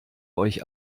euch